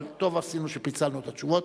אבל טוב עשינו שפיצלנו את התשובות.